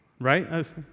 right